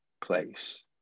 place